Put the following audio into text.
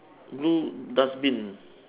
blue dustbin